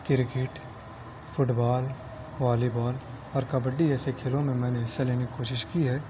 cricket football volleyball اور کبڈی جیسے کھیلوں میں میں نے حصہ لینے کی کوشش کی ہے